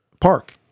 Park